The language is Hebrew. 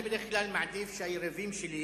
אני בדרך כלל מעדיף שהיריבים שלי,